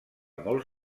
molts